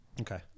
Okay